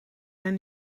zijn